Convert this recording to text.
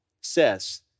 says